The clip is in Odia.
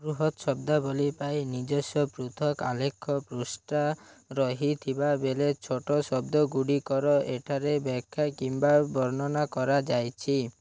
ବୃହତ୍ ଶବ୍ଦାବଳୀ ପାଇଁ ନିଜସ୍ୱ ପୃଥକ୍ ଆଲେଖ୍ୟ ପୃଷ୍ଠା ରହିଥିବା ବେଳେ ଛୋଟ ଶବ୍ଦ ଗୁଡ଼ିକର ଏଠାରେ ବାଖ୍ୟା କିମ୍ବା ବର୍ଣ୍ଣନା କରାଯାଇଛି